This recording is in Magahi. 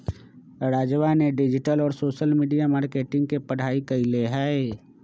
राजवा ने डिजिटल और सोशल मीडिया मार्केटिंग के पढ़ाई कईले है